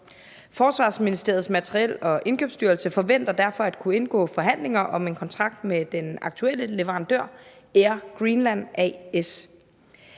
Forsvarsministeriets Materiel- og Indkøbsstyrelse forventer derfor at kunne indgå forhandlinger om en kontrakt med den aktuelle leverandør, Air Greenland A/S.